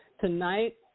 Tonight